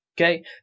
Okay